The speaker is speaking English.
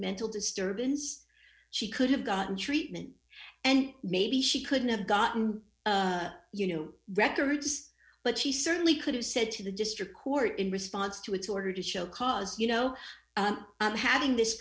mental disturbance she could have gotten treatment and maybe she couldn't have gotten you know records but she certainly could have said to the district court in response to its order to show cause you know i'm having this